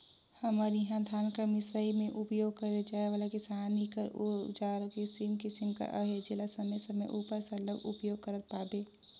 हमर इहा धान कर मिसई मे उपियोग करे जाए वाला किसानी कर अउजार किसिम किसिम कर अहे जेला समे समे उपर सरलग उपियोग करत पाबे